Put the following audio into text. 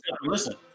listen